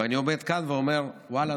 ואני עומד כאן ואומר: ואללה,